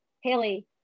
Haley